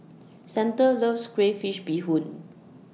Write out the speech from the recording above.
Santa loves Crayfish Beehoon